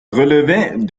relevait